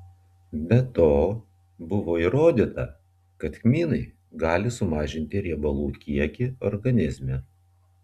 be to buvo įrodyta kad kmynai gali sumažinti riebalų kiekį organizme